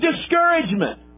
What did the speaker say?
discouragement